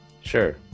Sure